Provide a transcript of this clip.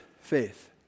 faith